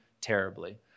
terribly